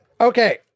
Okay